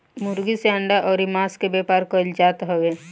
मुर्गी से अंडा अउरी मांस के व्यापार कईल जात हवे